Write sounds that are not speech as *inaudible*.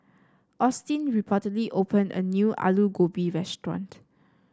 Austin *unintelligible* opened a new Alu Gobi restaurant